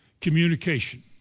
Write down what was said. communication